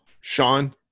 Sean